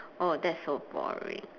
oh that's so boring